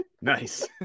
Nice